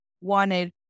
wanted